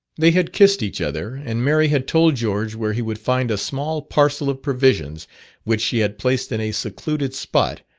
they had kissed each other, and mary had told george where he would find a small parcel of provisions which she had placed in a secluded spot,